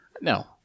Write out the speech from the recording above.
No